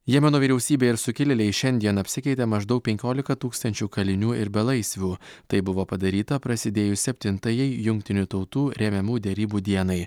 jemeno vyriausybė ir sukilėliai šiandien apsikeitė maždaug penkiolika tūkstančių kalinių ir belaisvių tai buvo padaryta prasidėjus septintajai jungtinių tautų remiamų derybų dienai